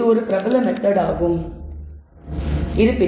இது ஒரு பிரபல மெத்தட் ஆகிவிட்டது